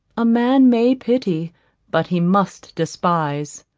a man may pity but he must despise.